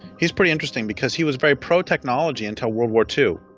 he's pretty interesting because he was very pro-technology until world war two.